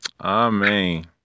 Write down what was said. Amen